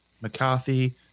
McCarthy